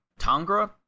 Tangra